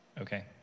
Okay